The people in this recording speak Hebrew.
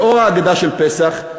לאור ההגדה של פסח,